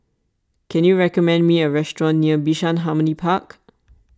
can you recommend me a restaurant near Bishan Harmony Park